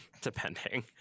Depending